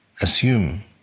assume